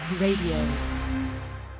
Radio